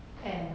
and